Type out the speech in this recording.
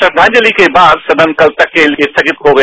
श्रद्वांजलि के बाद सदन कल तक के लिए स्थगित हो गया